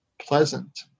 pleasant